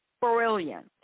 brilliant